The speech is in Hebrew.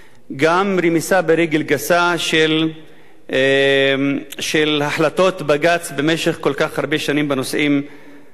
גם רמיסה ברגל גסה של החלטות בג"ץ במשך כל כך הרבה שנים בנושאים האלה.